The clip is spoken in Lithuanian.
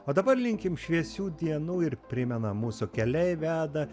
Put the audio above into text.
o dabar linkim šviesių dienų ir primenam mūsų keliai veda